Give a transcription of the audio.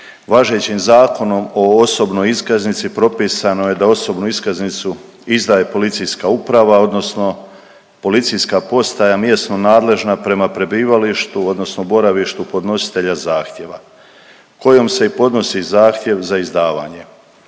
važećim Zakonom o osobnoj iskaznici propisano je da osobnu iskaznicu izdaje policijska uprava odnosno policijska postaja mjesno nadležna prema prebivalištu odnosno boravištu podnositelja zahtjeva kojom se i podnosi zahtjev za izdavanje,